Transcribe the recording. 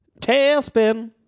Tailspin